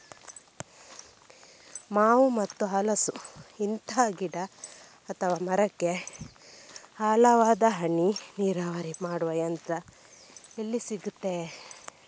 ಮಾವು ಮತ್ತು ಹಲಸು, ಇಂತ ಗಿಡ ಅಥವಾ ಮರಕ್ಕೆ ಆಳವಾದ ಹನಿ ನೀರಾವರಿ ಮಾಡುವ ಯಂತ್ರ ಎಲ್ಲಿ ಸಿಕ್ತದೆ?